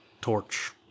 torch